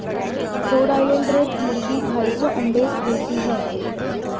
road Island Red मुर्गी ढाई सौ अंडे देती है